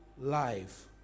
life